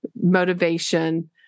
motivation